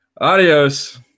Adios